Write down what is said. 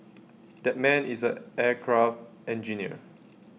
that man is A aircraft engineer